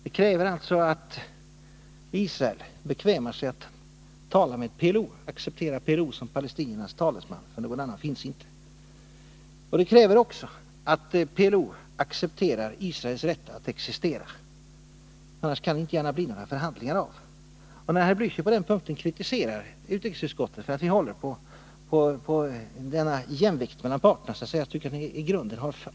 Det krävs alltså att Israel bekvämar sig att acceptera PLO som palestiniernas talesman — någon annan finns det inte — ochi sak palestiniernas nationella rättigheter. Vidare krävs det att PLO accepterar Israels rätt att existera. Annars kan det inte gärna bli några förhandlingar. När herr Blächer kritiserar utrikesutskottet för att det håller på denna jämvikt mellan parterna har han i grunden fel.